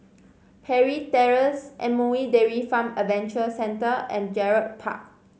Parry Terrace M O E Dairy Farm Adventure Centre and Gerald Park